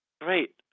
great